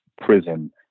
prison